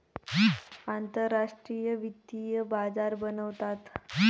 आंतरराष्ट्रीय वित्तीय बाजार बनवतात